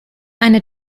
eine